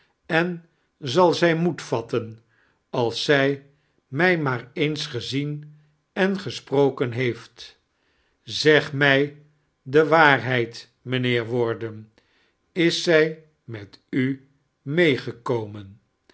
en zal zij moed vattem als zij mij maar eens gezien en gesproken heeft zeg mij de waarheid mijnheer warden is jziij met u maegekomen